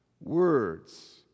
Words